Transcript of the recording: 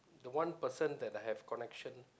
the one person that I have connection